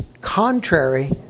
contrary